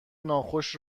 ناخوش